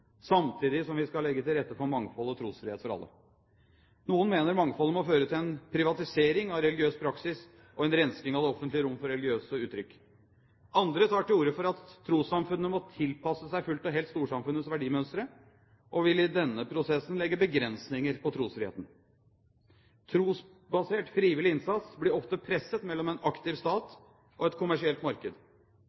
samtidig som vi skal legge til rette for mangfold og trosfrihet for alle. Noen mener mangfoldet må føre til en privatisering av religiøs praksis og en rensing av det offentlige rom for religiøse uttrykk. Andre tar til orde for at trossamfunnene må tilpasse seg fullt og helt storsamfunnets verdimønstre, og vil i denne prosessen legge begrensninger på trosfriheten. Trosbasert frivillig innsats blir ofte presset mellom en aktiv stat og et kommersielt marked.